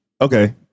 Okay